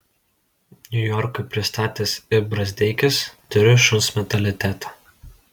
niujorkui prisistatęs i brazdeikis turiu šuns mentalitetą